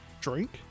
drink